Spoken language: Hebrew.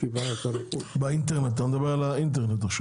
אתה מדבר על האינטרנט?